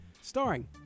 starring